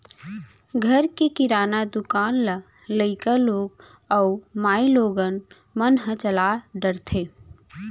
घर के किराना दुकान ल लइका लोग अउ माइलोगन मन ह चला डारथें